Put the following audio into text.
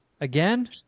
Again